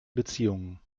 beziehungen